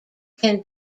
can